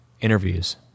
interviews